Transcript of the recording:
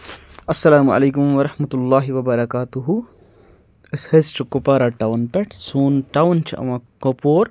اَسَلامُ علیکُم وَرحمتُہ اللہِ وَبَرکاتہ أسۍ حظ چھِ کُپوارہ ٹاوُن پٮ۪ٹھ سون ٹاوُن چھُ یِوان کۄپور